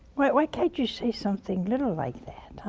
why why can't you say something little like that?